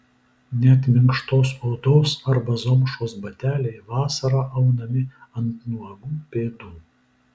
net minkštos odos arba zomšos bateliai vasarą aunami ant nuogų pėdų